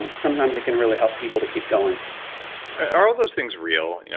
and sometimes it can really help people to keep going are all those things real?